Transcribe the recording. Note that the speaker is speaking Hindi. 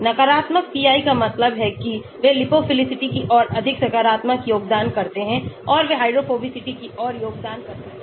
नकारात्मक pi कामतलब है कि वे लिपोफिलिसिटी की ओर अधिक सकारात्मक योगदान करते हैं और वे हाइड्रोफोबिसिटी की ओर योगदान करते हैं